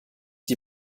die